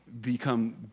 become